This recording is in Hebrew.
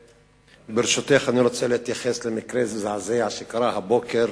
ברשותך, אני רוצה להתייחס למקרה מזעזע שקרה הבוקר.